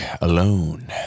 alone